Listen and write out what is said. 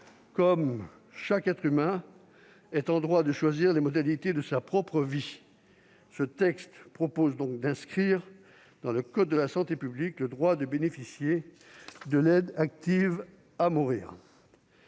comme chaque être humain est en droit de choisir les modalités de sa propre vie. Ce texte prévoit donc d'inscrire dans le code de la santé publique le droit de bénéficier de l'aide active à mourir.